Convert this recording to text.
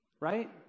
right